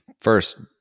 first